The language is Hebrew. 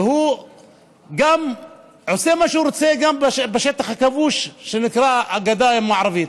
והוא עושה מה שהוא רוצה גם בשטח הכבוש שנקרא הגדה המערבית.